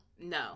no